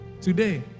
today